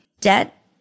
debt